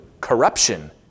Corruption